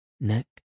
neck